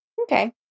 Okay